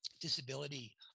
Disability